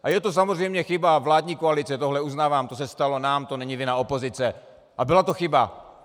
A je to samozřejmě chyba vládní koalice, tohle uznávám, to se stalo nám, to není vina opozice a byla to chyba.